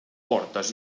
portes